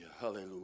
Hallelujah